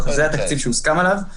אבל זה התקציב שהוסכם עליו.